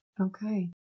Okay